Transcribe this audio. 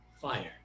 fire